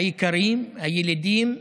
האיכרים, הילידים,